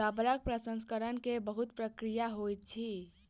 रबड़ प्रसंस्करण के बहुत प्रक्रिया होइत अछि